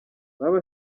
baba